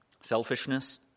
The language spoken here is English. selfishness